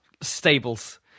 Stables